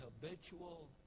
habitual